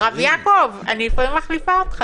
הרב יעקב, אני לפעמים מחליפה אותך.